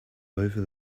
over